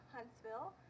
Huntsville